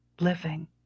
living